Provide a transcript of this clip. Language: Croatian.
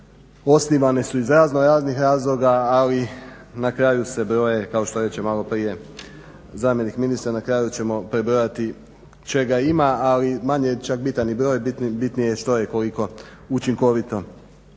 Osnivane su iz raznoraznih razloga ali na kraju se broje kao što reče maloprije zamjenik ministra na kraju ćemo prebrojati čega ima, ali manje je čak bitan i broj, bitnije je što je i koliko učinkovito.